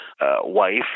wife